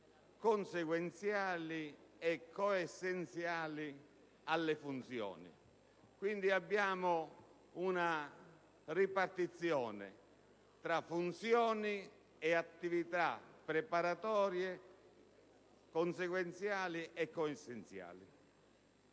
nonché attività coessenziali alle funzioni. Abbiamo quindi una ripartizione tra funzioni e attività preparatorie, consequenziali e coessenziali.